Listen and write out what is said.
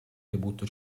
debutto